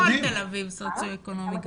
לא כל תל אביב בסוציו אקונומי גבוה.